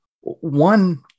one